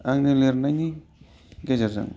आंनि लिरनायनि गेजेरजों